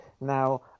now